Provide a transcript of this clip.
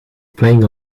playing